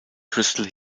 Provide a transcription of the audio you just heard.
crystal